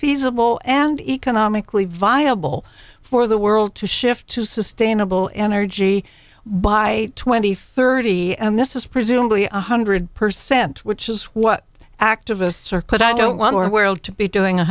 feasible and economically viable for the world to shift to sustainable energy by twenty thirty and this is presumably one hundred percent which is what activists are quite i don't want our world to be doing